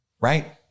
Right